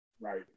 Right